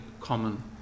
common